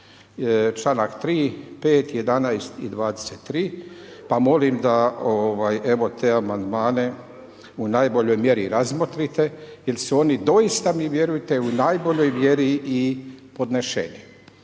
članak 3., 5., 11. i 23. pa molim da evo te amandmane i najboljoj mjeri razmotrite jer su oni doista mi vjerujte, u najboljoj vjeri i podneseni.